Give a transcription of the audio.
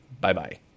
Bye-bye